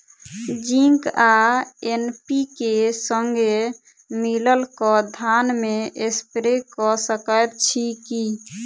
Zinc आ NPK, संगे मिलल कऽ धान मे स्प्रे कऽ सकैत छी की?